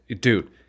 Dude